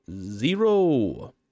Zero